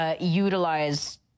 utilize